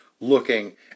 looking